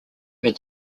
where